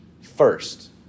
first